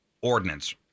ordinance